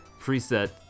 preset